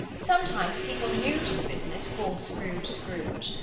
sometimes people new to the business called scrooge scrooge,